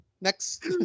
Next